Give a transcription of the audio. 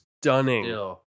stunning